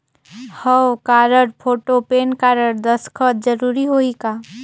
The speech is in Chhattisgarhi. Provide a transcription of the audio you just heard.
हव कारड, फोटो, पेन कारड, दस्खत जरूरी होही का?